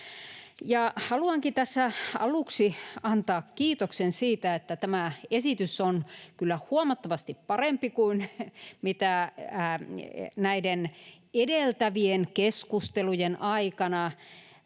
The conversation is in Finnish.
Haluankin tässä aluksi antaa kiitoksen siitä, että tämä esitys on kyllä huomattavasti parempi kuin mitä näiden edeltävien keskustelujen aikana